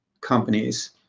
companies